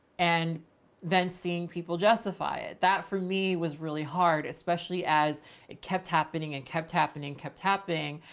and then seeing people justify it. that for me was really hard, especially as it kept happening and kept happening, kept happening.